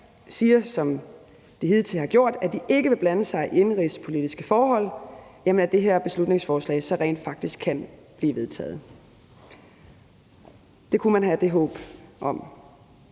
siger, som de hidtil har gjort, altså at de ikke vil blande sig i indenrigspolitiske forhold, kan det her beslutningsforslag rent faktisk blive vedtaget. Det kunne man have et håb om.